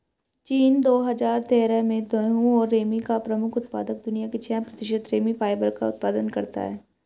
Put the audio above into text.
चीन, दो हजार तेरह में गेहूं और रेमी का प्रमुख उत्पादक, दुनिया के छह प्रतिशत रेमी फाइबर का उत्पादन करता है